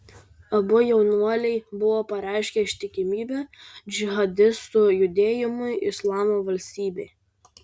abu jaunuoliai buvo pareiškę ištikimybę džihadistų judėjimui islamo valstybė